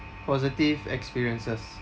positive experiences